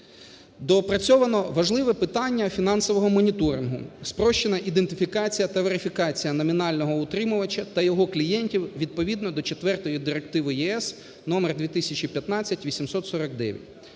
Доопрацьовано важливе питання фінансового моніторингу, спрощена ідентифікація та верифікація номінального утримувача та його клієнтів відповідно до четвертої директиви ЄС № 2015/849.